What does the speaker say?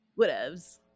Whatevs